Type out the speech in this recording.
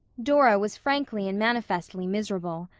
dora was frankly and manifestly miserable.